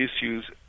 issues –